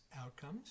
outcomes